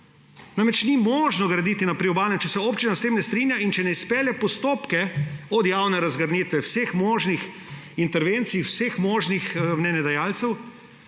namreč možno graditi na priobalnem, če se občina s tem ne strinja in če ne izpelje postopke, od javne razgrnitve, vseh možnih intervencij, vseh možnih mnenjedajalcev,